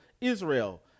Israel